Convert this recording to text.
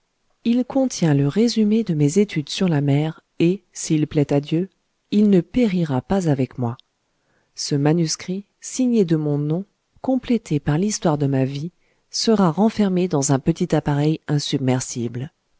il contient le résumé de mes études sur la mer et s'il plaît à dieu il ne périra pas avec moi ce manuscrit signé de mon nom complété par l'histoire de ma vie sera renfermé dans un petit appareil insubmersible